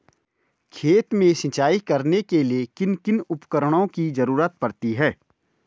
खेत में सिंचाई करने के लिए किन किन उपकरणों की जरूरत पड़ती है?